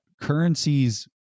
currencies